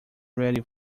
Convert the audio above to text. ready